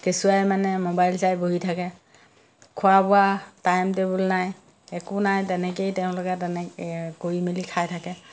কেঁচুৱাই মানে মোবাইল চাই বহি থাকে খোৱা বোৱা টাইম টেবুল নাই একো নাই তেনেকেই তেওঁলোকে তেনেকৈ কৰি মেলি খাই থাকে